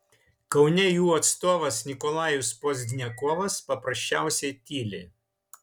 kaune jų atstovas nikolajus pozdniakovas paprasčiausiai tyli